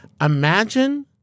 Imagine